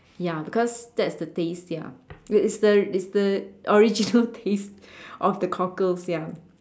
ya because that's the taste ya it's the it's the original taste of the cockles ya